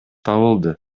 табылды